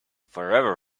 forever